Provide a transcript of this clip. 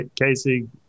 Casey